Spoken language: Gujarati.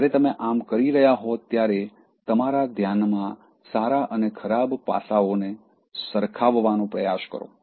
જ્યારે તમે આમ કરી રહ્યા હો ત્યારે તમારા ધ્યાનમાં સારા અને ખરાબ પાસાઓને સરખાવવાનો પ્રયાસ કરો